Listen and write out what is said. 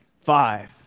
five